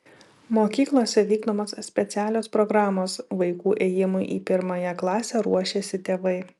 mokyklose vykdomos specialios programos vaikų ėjimui į pirmąją klasę ruošiasi tėvai